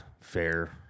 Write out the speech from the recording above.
fair